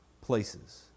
places